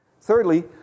Thirdly